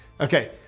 okay